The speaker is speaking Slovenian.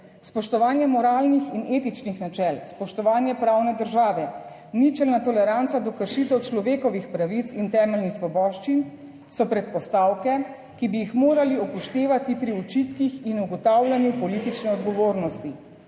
Spoštovanje moralnih in etičnih načel, spoštovanje pravne države, ničelna toleranca do kršitev človekovih pravic in temeljnih svoboščin so predpostavke, ki bi jih morali upoštevati pri očitkih in ugotavljanju politične odgovornosti.